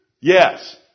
Yes